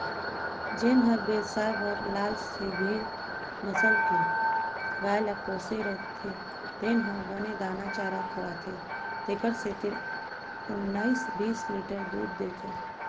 जेन हर बेवसाय बर लाल सिंघी नसल के गाय ल पोसे रथे तेन ह बने दाना चारा खवाथे तेकर सेती ओन्नाइस बीस लीटर दूद देथे